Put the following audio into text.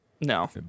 no